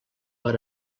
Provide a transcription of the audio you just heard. per